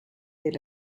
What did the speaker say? est